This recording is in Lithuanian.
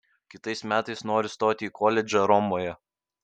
kitais metais noriu stoti į koledžą romoje